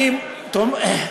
אבל זה לא קורה,